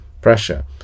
pressure